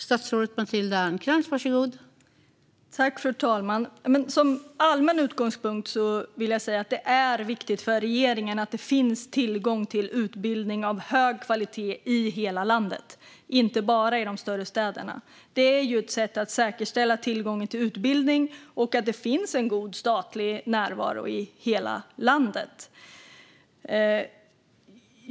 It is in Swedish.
Fru talman! Som allmän utgångspunkt vill jag säga att det är viktigt för regeringen att det finns tillgång till utbildning av hög kvalitet i hela landet, inte bara i de större städerna. Det är ett sätt att säkerställa tillgången till utbildning och att det finns god statlig närvaro i hela landet.